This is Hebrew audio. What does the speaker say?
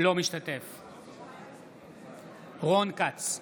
אינו משתתף בהצבעה רון כץ,